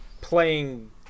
playing